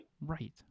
right